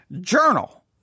Journal